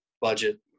budget